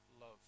love